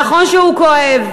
נכון שהוא כואב,